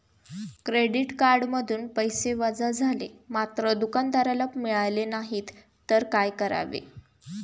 Credit कार्डमधून पैसे वजा झाले मात्र दुकानदाराला मिळाले नाहीत तर काय करावे?